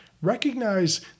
Recognize